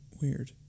weird